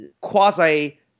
quasi